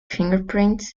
fingerprints